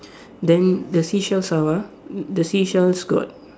then the seashells are what the seashells got